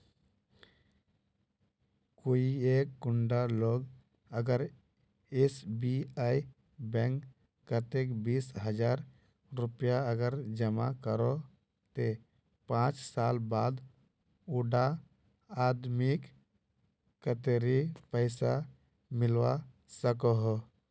कोई एक कुंडा लोग अगर एस.बी.आई बैंक कतेक बीस हजार रुपया अगर जमा करो ते पाँच साल बाद उडा आदमीक कतेरी पैसा मिलवा सकोहो?